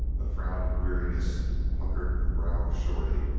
a frown of weariness puckered the brow of shorty.